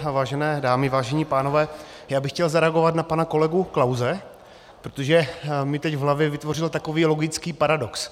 Vážené dámy, vážení pánové, já bych chtěl zareagovat na pana kolegu Klause, protože mi teď v hlavě vytvořil takový logický paradox.